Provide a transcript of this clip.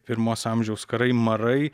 pirmos amžiaus karai marai